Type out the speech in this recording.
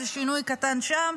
שינוי קטן שם,